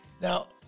Now